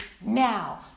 now